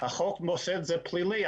החוק עושה את זה פלילי.